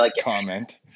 comment